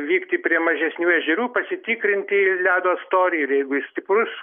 vykti prie mažesnių ežerų pasitikrinti ledo storį ir jeigu jis stiprus